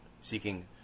seeking